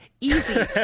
easy